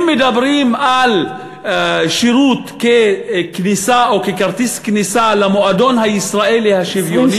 אם מדברים על שירות ככרטיס כניסה למועדון הישראלי השוויוני,